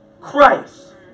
Christ